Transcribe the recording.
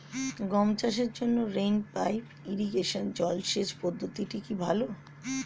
গম চাষের জন্য রেইন পাইপ ইরিগেশন জলসেচ পদ্ধতিটি কি ভালো?